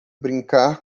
brincar